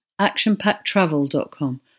actionpacktravel.com